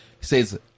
says